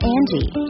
Angie